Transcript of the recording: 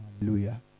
Hallelujah